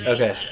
Okay